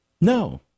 No